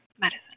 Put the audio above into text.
medicine